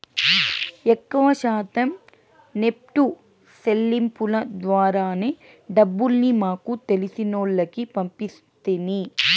ఎక్కవ శాతం నెప్టు సెల్లింపుల ద్వారానే డబ్బుల్ని మాకు తెలిసినోల్లకి పంపిస్తిని